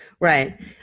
Right